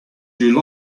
you